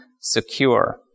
secure